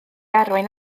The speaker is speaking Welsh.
arwain